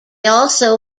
also